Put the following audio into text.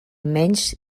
menys